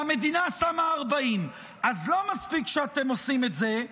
והמדינה שמה 40%. אז לא מספיק שאתם עושים את זה,